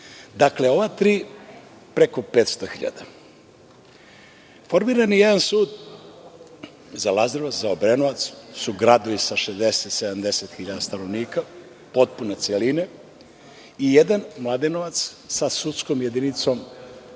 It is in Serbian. Dakle, ova tri preko 500.000.Formiran je jedan sud za Lazarevac, za Obrenovac, koji su gradovi sa 60.000, 70.000 stanovnika, potpune celine i jedan Mladenovac sa sudskom jedinicom za